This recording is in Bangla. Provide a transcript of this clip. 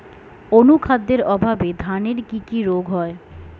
অনুখাদ্যের অভাবে ধানের কি কি রোগ হয়?